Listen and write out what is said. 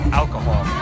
alcohol